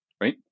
right